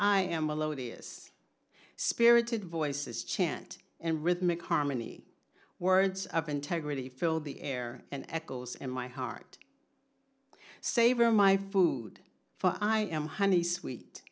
i am a lotus spirited voices chant and rhythmic harmony words of integrity fill the air and echoes in my heart savor my food for i am honey sweet